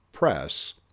press